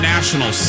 National